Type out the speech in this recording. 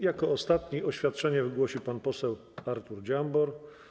Jako ostatni oświadczenie wygłosi pan poseł Artur Dziambor.